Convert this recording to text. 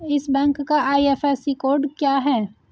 इस बैंक का IFSC code क्या है?